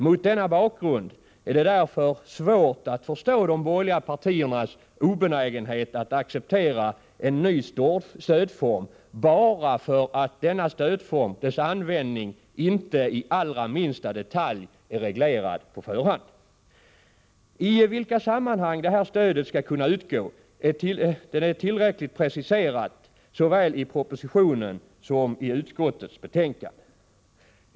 Mot denna bakgrund är det därför svårt att förstå de borgerliga partiernas obenägenhet att acceptera en ny stödform bara för att användningen av denna stödform inte i allra minsta detalj är reglerad på förhand. I vilka sammanhang det här stödet skall kunna utgå är tillräckligt preciserat såväl i propositionen som i utskottets betänkande.